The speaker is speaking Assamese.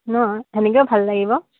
ন তেনেকেও ভাল লাগিব